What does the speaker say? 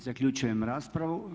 Zaključujem raspravu.